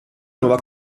nuova